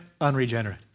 unregenerate